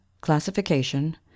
Classification